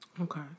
Okay